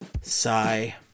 Sigh